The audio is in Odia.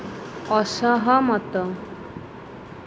ଅସହମତ